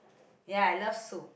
ya I love soup